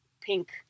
pink